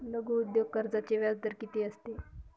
लघु उद्योग कर्जाचे व्याजदर किती असते?